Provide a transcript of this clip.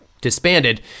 disbanded